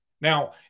Now